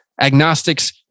agnostics